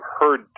heard